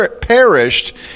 perished